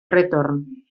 retorn